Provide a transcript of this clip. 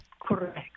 Correct